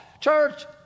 Church